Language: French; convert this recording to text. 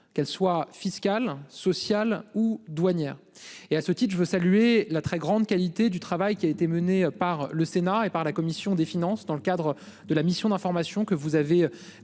qu'elles soient fiscales, sociales ou douanières et à ce titre je veux saluer la très grande qualité du travail qui a été menée par le Sénat et par la commission des finances dans le cadre de la mission d'information que vous avez mise